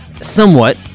Somewhat